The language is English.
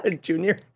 Junior